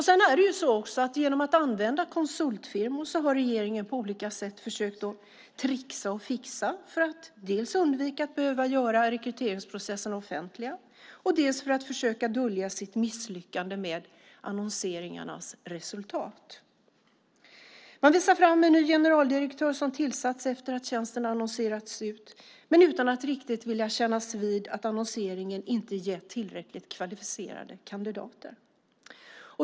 Det är också så att genom att använda konsultfirmor har regeringen på olika sätt försökt att tricksa och fixa, dels för att undvika att behöva göra rekryteringsprocesserna offentliga, dels för att försöka dölja sitt misslyckande med annonseringarnas resultat. Man visar fram en ny generaldirektör som tillsatts efter att tjänsten annonserats ut, men utan att riktigt vilja kännas vid att annonseringen inte gett tillräckligt kvalificerade kandidater.